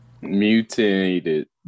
Mutated